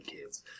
kids